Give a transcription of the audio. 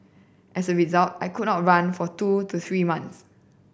as a result I could not run for two to three months